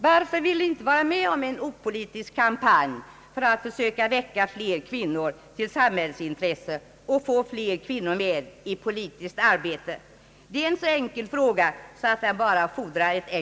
Varför ville ni inte vara med om en opolitisk kampanj för att försöka väcka fler kvinnor till samhällsintresse och få dem med i politiskt arbete?